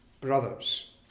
brothers